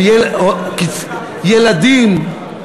איך זה מסתדר עם סגירת המכונים להכשרה, ילדים,